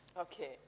Okay